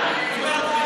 לא טוב.